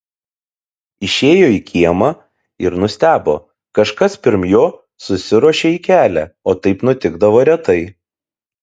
išėjo į kiemą ir nustebo kažkas pirm jo susiruošė į kelią o taip nutikdavo retai